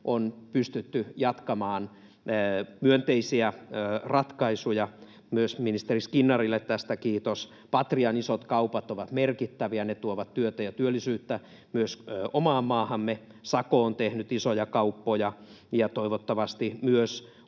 on pystytty jatkamaan myönteisiä ratkaisuja, myös ministeri Skinnarille tästä kiitos. Patrian isot kaupat ovat merkittäviä. Ne tuovat työtä ja työllisyyttä myös omaan maahamme. Sako on tehnyt isoja kauppoja, ja toivottavasti myös